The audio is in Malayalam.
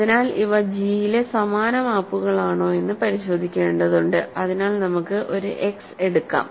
അതിനാൽ ഇവ G യിലെ സമാന മാപ്പുകളാണോയെന്ന് പരിശോധിക്കേണ്ടതുണ്ട് അതിനാൽ നമുക്ക് ഒരു x എടുക്കാം